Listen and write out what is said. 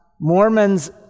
Mormons